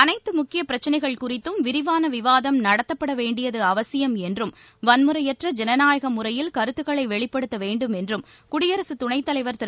அனைத்து முக்கிய பிரச்சினைகள் குறித்தும் விரிவான விவாதம் நடத்தப்பட வேண்டியது அவசியம் என்றும் வன்முறையற்ற ஜனநாயக முறையில் கருத்துக்களை வெளிப்படுத்த வேண்டும் என்றும் குடியரசு துணைத் தலைவர் திரு